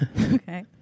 Okay